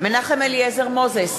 מנחם אליעזר מוזס,